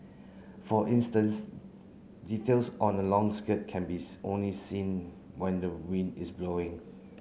for instance details on a long skirt can be only seen when the wind is blowing